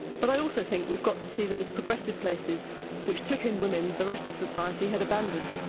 but i also think we've got to see them as progressive places which took in women the rest of society had abandoned.